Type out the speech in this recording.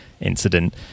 incident